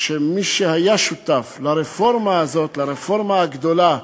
שכמי שהיה שותף לרפורמה הזאת, לרפורמה הגדולה,